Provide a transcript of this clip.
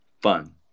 fun